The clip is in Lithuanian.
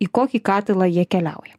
kai į kokį katilą jie keliauja